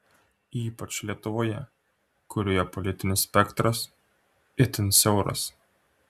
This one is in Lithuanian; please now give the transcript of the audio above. ypač lietuvoje kurioje politinis spektras itin siauras